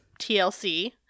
TLC